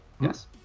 yes